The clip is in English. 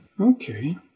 okay